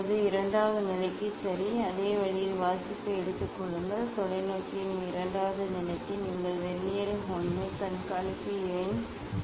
இப்போது இரண்டாவது நிலைக்கு சரி அதே வழியில் வாசிப்பை எடுத்துக் கொள்ளுங்கள் தொலைநோக்கியின் இரண்டாவது நிலைக்கு நீங்கள் வெர்னியர் 1 கண்காணிப்பு எண் 1 இலிருந்து வாசிப்பை எடுத்துக்கொள்கிறீர்கள்